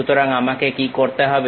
সুতরাং আমাকে কি করতে হবে